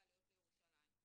בעליות לירושלים.